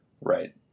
Right